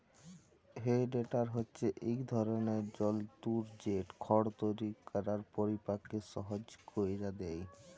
হে টেডার হছে ইক ধরলের যল্তর যেট খড় তৈরি ক্যরার পকিরিয়াকে সহজ ক্যইরে দেঁই